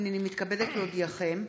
הינני מתכבדת להודיעכם,